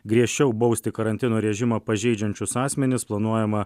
griežčiau bausti karantino režimą pažeidžiančius asmenis planuojama